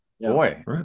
boy